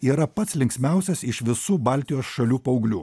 yra pats linksmiausias iš visų baltijos šalių paauglių